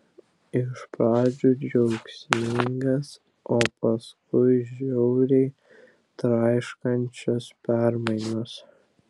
iš pradžių džiaugsmingas o paskui žiauriai traiškančias permainas